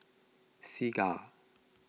Segar